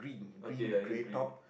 okay ya this green